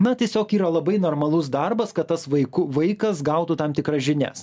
na tiesiog yra labai normalus darbas kad tas vaiku vaikas gautų tam tikras žinias